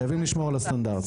חייבים לשמור על הסטנדרטים.